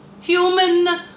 Human